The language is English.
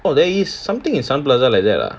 oh there is something in sun plaza like that ah